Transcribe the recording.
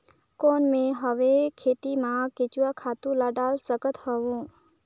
कौन मैं हवे खेती मा केचुआ खातु ला डाल सकत हवो?